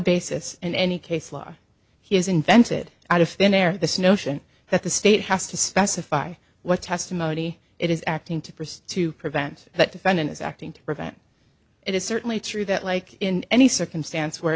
basis in any case law has invented out of thin air this notion that the state has to specify what testimony it is acting to proceed to prevent that defendant is acting to prevent it is certainly true that like in any circumstance where